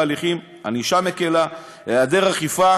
הימשכות ההליכים, ענישה מקילה, היעדר אכיפה